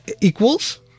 Equals